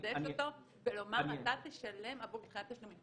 רוצים לקדש אותו ולומר אתה תשלם עבור דחיית תשלומים?